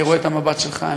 אני רואה את המבט שלך.